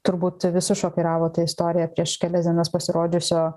turbūt visus šokiravo tai istorija prieš kelias dienas pasirodžiusio